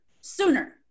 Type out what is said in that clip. sooner